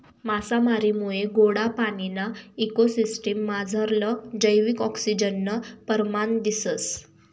मासामारीमुये गोडा पाणीना इको सिसटिम मझारलं जैविक आक्सिजननं परमाण दिसंस